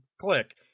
click